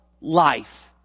life